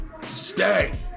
stay